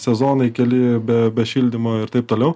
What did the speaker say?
sezonai keli be šildymo ir taip toliau